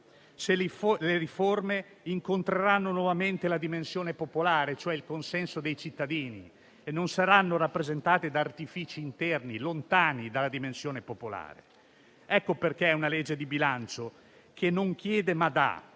se le riforme incontreranno nuovamente la dimensione popolare, cioè il consenso dei cittadini e non saranno rappresentate da artifici interni, lontani dalla dimensione popolare. Ecco perché è un disegno di legge di bilancio che non chiede ma dà,